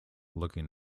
looking